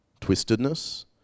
twistedness